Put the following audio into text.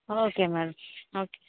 okay madam okay